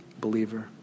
believer